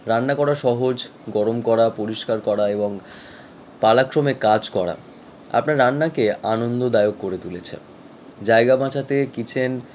রান্না করার সহজ গরম করা পরিষ্কার করা এবং পালাক্রমে কাজ করা আপনার রান্নাকে আনন্দদায়ক করে তুলেছে জায়গা বাঁচাতে কিচেন